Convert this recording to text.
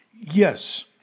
yes